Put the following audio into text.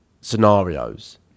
scenarios